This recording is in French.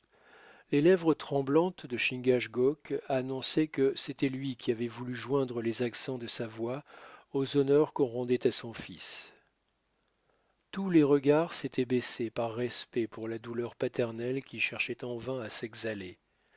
les lèvres tremblantes de chingachgook annonçaient que c'était lui qui avait voulu joindre les accents de sa voix aux honneurs qu'on rendait à son fils tous les regards s'étaient baissés par respect pour la douleur paternelle qui cherchait en vain à s'exhaler